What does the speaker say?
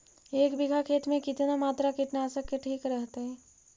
एक बीघा खेत में कितना मात्रा कीटनाशक के ठिक रहतय?